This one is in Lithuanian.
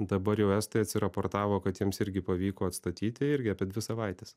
dabar jau estai atsireportavo kad jiems irgi pavyko atstatyti irgi apie dvi savaites